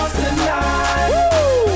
tonight